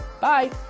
Bye